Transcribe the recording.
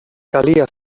calia